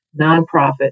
nonprofit